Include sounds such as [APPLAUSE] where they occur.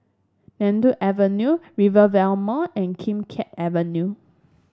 [UNINTELLIGIBLE] Avenue Rivervale Mall and Kim Keat Avenue